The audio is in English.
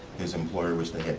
his employer wished they